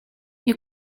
you